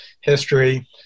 history